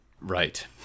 Right